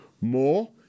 more